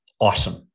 Awesome